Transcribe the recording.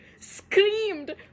screamed